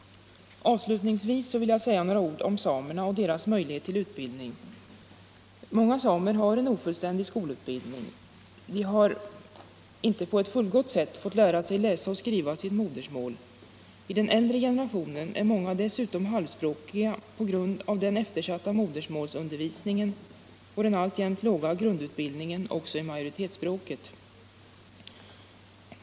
Avslutningsvis vill jag säga några ord om samerna och deras möjlighet till utbildning. Många samer har en ofullständig skolutbildning. De har inte på ett fullgott sätt fått lära sig läsa och skriva sitt modersmål. I den äldre generationen är många dessutom halvspråkiga på grund av den eftersatta modersmålsundervisningen och den allmänt låga grundutbildningen också i majoritetsspråket.